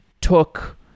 took